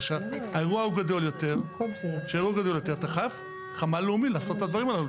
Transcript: אבל כשהאירוע גדול יותר אתה חייב חמ"ל לאומי לעשות את הדברים האלו,